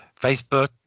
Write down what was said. Facebook